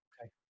Okay